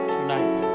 Tonight